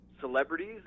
celebrities